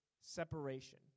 separation